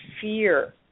fear